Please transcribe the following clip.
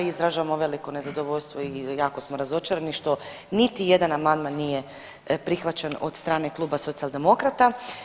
Izražavamo veliko nezadovoljstvo i jako smo razočarani što niti jedan amandman nije prihvaćen od strane kluba Socijaldemokrata.